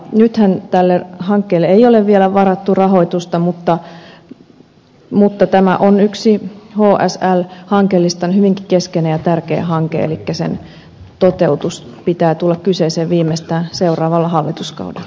nythän tälle hankkeelle ei ole vielä varattu rahoitusta mutta tämä on yksi hsl hankelistan hyvinkin keskeinen ja tärkeä hanke elikkä sen toteutuksen pitää tulla kyseeseen viimeistään seuraavalla hallituskaudella